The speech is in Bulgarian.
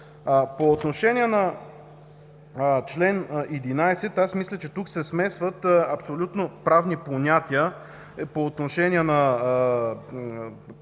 По отношение на ал. 11, мисля, че се смесват абсолютно правни понятия по отношение правомощията